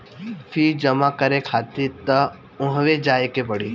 fees जमा करे खातिर तअ उहवे जाए के पड़ी